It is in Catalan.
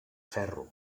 ferro